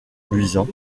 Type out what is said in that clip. luisant